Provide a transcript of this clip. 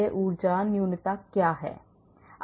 यह ऊर्जा न्यूनता क्या है